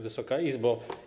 Wysoka Izbo!